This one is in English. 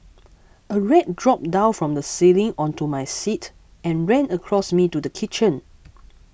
a rat dropped down from the ceiling onto my seat and ran across me to the kitchen